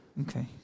Okay